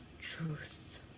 truth